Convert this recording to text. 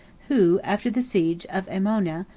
who, after the siege of aemona,